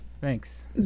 thanks